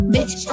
Bitch